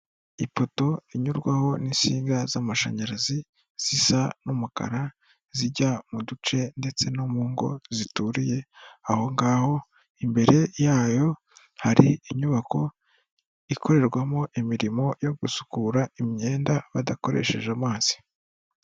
Ipoto inyurwaho n'insinga z'amashanyarazi zisa n'umukara zijya mu duce ndetse no mu ngo zituriye aho ngaho, imbere yayo hari inyubako ikorerwamo imirimo yo gusukura imyenda badakoresheje amazi.